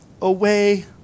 away